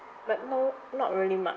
but no not really much